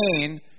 pain